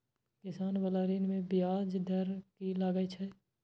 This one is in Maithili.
किसान बाला ऋण में ब्याज दर कि लागै छै?